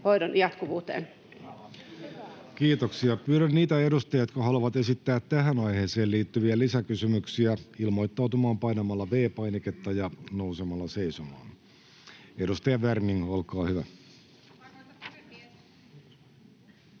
Kiitoksia. — Pyydän niitä edustajia, jotka haluavat esittää tähän aiheeseen liittyvän lisäkysymyksen, ilmoittautumaan painamalla V-painiketta ja nousemalla seisomaan. — Edustaja Lohi, olkaa hyvä.